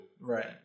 Right